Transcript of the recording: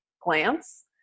glance